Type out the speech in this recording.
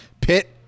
Pitt